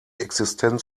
existenz